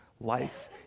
life